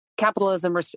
Capitalism